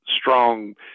strong